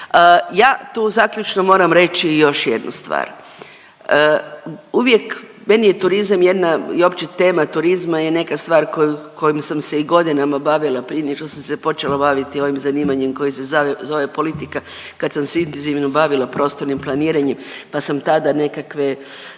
Ja tu zaključno moram reći još jednu stvar. Uvijek, meni je turizam jedna i uopće tema turizma je neka stvar koju, kojom sam se i godinama bavila prije nego što sam se počela baviti ovim zanimanjem koji se zove politika, kad sam se intenzivno bavila prostornim planiranjem pa sam tada nekakve